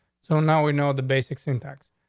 so now we know the basic syntax.